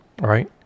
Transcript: right